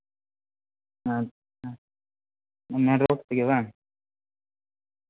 ᱟᱪᱪᱷᱟ ᱢᱮᱱ ᱨᱳᱰ ᱛᱮᱜᱮ ᱵᱟᱝ